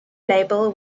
label